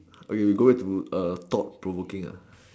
okay we go back to err thought provoking ah